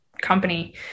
company